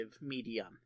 medium